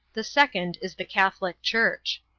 the second is the catholic church.